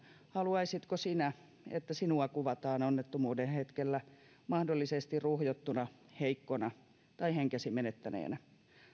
haluaisitko sinä että sinua kuvataan onnettomuuden hetkellä mahdollisesti ruhjottuna heikkona tai henkesi menettäneenä